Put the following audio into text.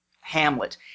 Hamlet